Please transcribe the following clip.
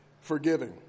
forgiving